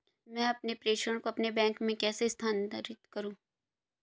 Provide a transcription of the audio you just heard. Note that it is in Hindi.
मैं अपने प्रेषण को अपने बैंक में कैसे स्थानांतरित करूँ?